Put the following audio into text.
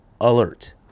alert